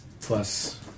Plus